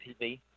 TV